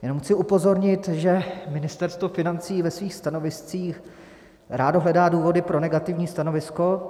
Jen chci upozornit, že Ministerstvo financí ve svých stanoviscích rádo hledá důvody pro negativní stanovisko.